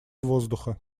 воздуха